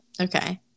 Okay